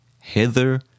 Hither